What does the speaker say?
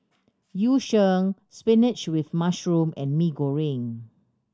Yu Sheng spinach with mushroom and Mee Goreng